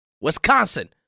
Wisconsin